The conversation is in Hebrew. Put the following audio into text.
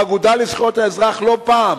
האגודה לזכויות האזרח לא פעם